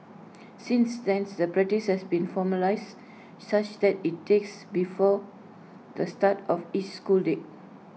since then the practice has been formalised such that IT takes before the start of each school day